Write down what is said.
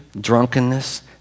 drunkenness